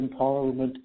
empowerment